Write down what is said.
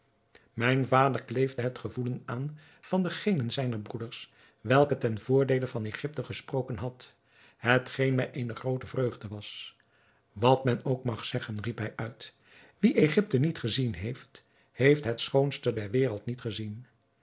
mijn vader kleefde het gevoelen aan van dengene zijner broeders welke ten voordeele van egypte gesproken had hetgeen mij eene groote vreugde was wat men ook mag zeggen riep hij uit wie egypte niet gezien heeft heeft het schoonste der wereld niet gezien